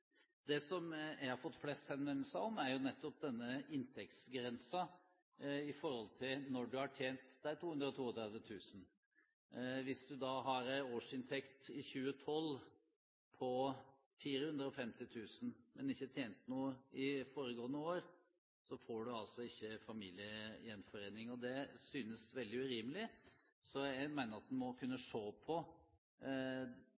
Det som jeg har fått flest henvendelser om, er nettopp denne inntektsgrensen med hensyn til når du har tjent de 232 000. Hvis du har en årsinntekt i 2012 på 450 000 kr, men ikke tjente noe i foregående år, får du altså ikke familiegjenforening. Det synes veldig urimelig. Jeg mener at en med litt større smidighet må